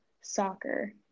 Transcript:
soccer